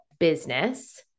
Business